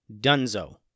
Dunzo